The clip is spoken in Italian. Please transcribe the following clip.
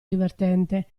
divertente